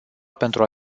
pentru